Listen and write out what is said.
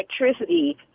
electricity